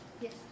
Yes